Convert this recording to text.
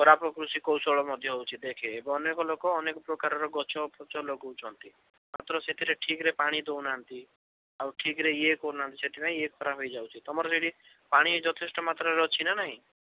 ଖରାପ କୃଷି କୌଶଳ ମଧ୍ୟ ହେଉଛି ଦେଖେ ଏବେ ଅନେକ ଲୋକ ଅନେକ ପ୍ରକାରର ଗଛ ଫଛ ଲଗାଉଛନ୍ତି ମାତ୍ର ସେଥିରେ ଠିକ୍ରେ ପାଣି ଦେଉନାହାନ୍ତି ଆଉ ଠିକ୍ରେ ଇଏ କରୁନାହାନ୍ତି ସେଥିପାଇଁ ଇଏ ଖରାପ ହେଇଯାଉଛି ତମର ସେଠି ପାଣି ଯଥେଷ୍ଟ ମାତ୍ରାରେ ଅଛିନା ନାହିଁ